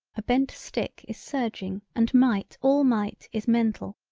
a bent stick is surging and might all might is mental.